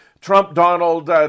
Trump-Donald